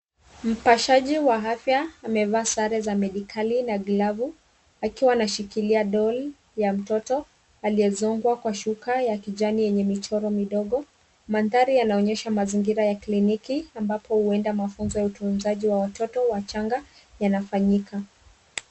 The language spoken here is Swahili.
Mpashaji wa afya amevaa sare za medikali na glavu, akiwa anashikilia doll ya mtoto aliyezongwa kwa shuka ya kijani yenye michoro midogo. Mandhari yanaonyesha mazingira ya kliniki ambapo huenda mafunzo ya utunzaji wa watoto wachanga yanafanyika.